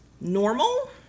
normal